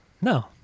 No